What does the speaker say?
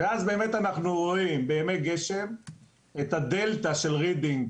ואז באמת אנחנו רואים בימי גשם את הדלתא של רידינג